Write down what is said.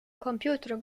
computer